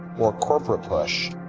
or corporate push,